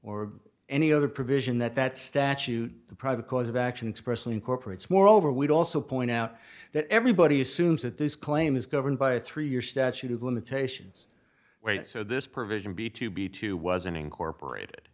or any other provision that that statute the private cause of action to person incorporates moreover we'd also point out that everybody assumes that this claim is governed by a three year statute of limitations so this provision be to be to was an incorporated